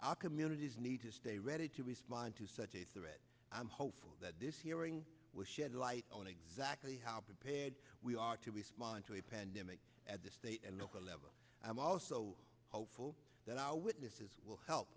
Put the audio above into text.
our communities need to stay ready to respond to such a threat i'm hopeful that this hearing will shed light on exactly how prepared we are to respond to a pandemic at state and local level i'm also hopeful that our witnesses will help